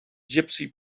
gypsy